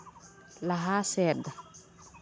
ᱞᱟᱦᱟ ᱥᱮᱫ